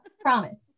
promise